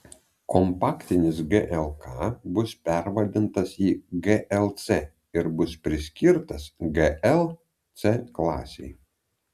kompaktinis glk bus pervadintas į glc ir bus priskirtas gl c klasei